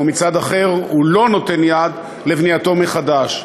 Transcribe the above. ומצד אחר הוא לא נותן יד לבנייתו מחדש.